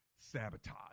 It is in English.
sabotage